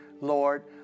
Lord